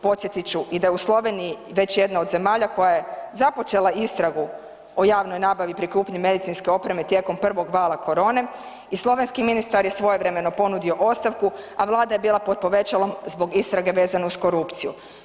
Podsjetit ću i da je u Sloveniji, već jedna od zemalja koja je započela istragu o javnoj nabavi pri kupnji medicinske opreme tijekom prvog vala korone, i slovenski ministar je svojevremeno ponudio ostavku a Vlada je bila pod povećalom zbog istrage vezane uz korupciju.